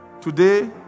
Today